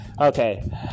Okay